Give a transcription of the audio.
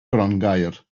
grongaer